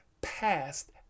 past